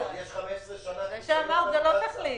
זה שאמרת זה לא תחליף.